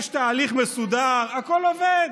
יש תהליך מסודר, הכול עובד.